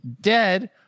dead